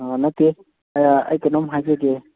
ꯅꯠꯇꯦ ꯑꯩ ꯀꯩꯅꯣꯝ ꯍꯥꯏꯖꯒꯦ